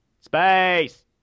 Space